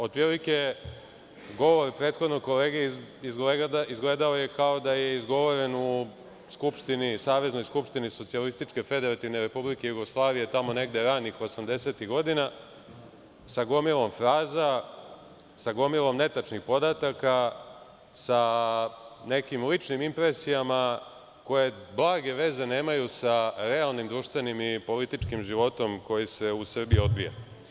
Otprilike, govor prethodnog kolege izgledao je kao da je izgovoren u Saveznoj skupštini SFRJ, tamo negde ranih 80-ih godina, sa gomilom fraza, sa gomilom netačnih podataka, sa nekim ličnim impresijama, koje blage veze nemaju sa realnim društvenim i političkim životom koji se u Srbiji odvija.